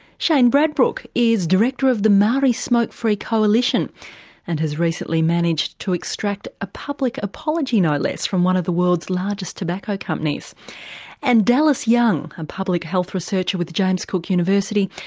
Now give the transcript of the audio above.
shane bradbrook is director of the maori smokefree coalition and has recently managed to extract a public apology no less from one of the world's largest tobacco companies and dallas young, a public health researcher with james cook university,